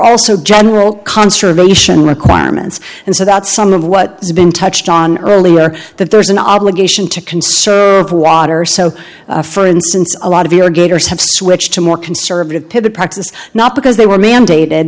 also general conservation requirements and so that some of what has been touched on earlier that there's an obligation to conserve water so for instance a lot of irrigators have switched to more conservative to practice not because they were mandated